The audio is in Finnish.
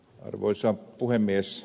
arvoisa puhemies